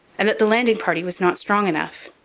and that the landing party was not strong enough.